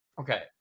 Okay